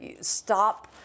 Stop